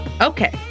Okay